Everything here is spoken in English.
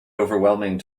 overwhelming